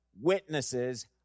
witnesses